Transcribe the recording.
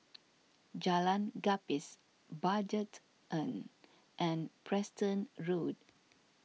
Jalan Gapis Budget Inn and Preston Road